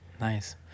Nice